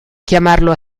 chiamarlo